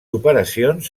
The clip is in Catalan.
operacions